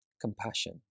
compassion